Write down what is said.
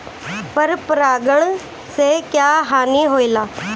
पर परागण से क्या हानि होईला?